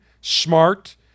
smart